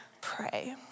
pray